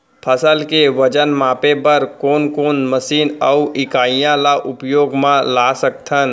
फसल के वजन मापे बर कोन कोन मशीन अऊ इकाइयां ला उपयोग मा ला सकथन?